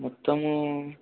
మొత్తమూ